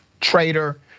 traitor